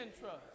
trust